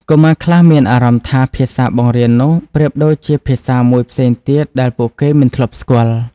កុមារខ្លះមានអារម្មណ៍ថាភាសាបង្រៀននោះប្រៀបដូចជាភាសាមួយផ្សេងទៀតដែលពួកគេមិនធ្លាប់ស្គាល់។